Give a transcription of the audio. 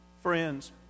Friends